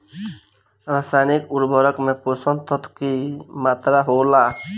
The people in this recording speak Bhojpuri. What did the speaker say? रसायनिक उर्वरक में पोषक तत्व की मात्रा होला?